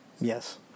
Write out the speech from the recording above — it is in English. Yes